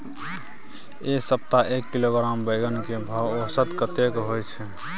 ऐ सप्ताह एक किलोग्राम बैंगन के भाव औसत कतेक होय छै?